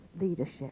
leadership